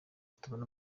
tubona